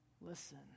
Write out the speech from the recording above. listen